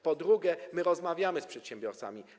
Po drugie, rozmawiamy z przedsiębiorcami.